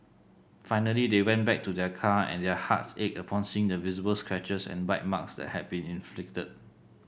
finally they went back to their car and their hearts ached upon seeing the visible scratches and bite marks that had been inflicted